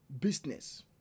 business